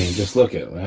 just look at,